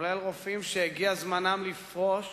לרבות רופאים שהגיע זמנם לפרוש,